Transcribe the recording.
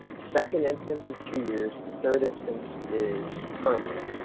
second instance is two years. the third instance is permanent,